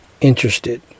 interested